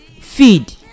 feed